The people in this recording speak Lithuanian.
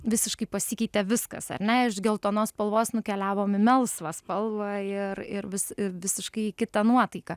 visiškai pasikeitė viskas ar ne iš geltonos spalvos nukeliavom į melsvą spalvą ir ir vis ir visiškai į kitą nuotaiką